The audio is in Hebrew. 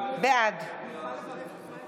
בעד